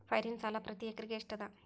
ಪೈರಿನ ಸಾಲಾ ಪ್ರತಿ ಎಕರೆಗೆ ಎಷ್ಟ ಅದ?